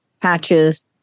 patches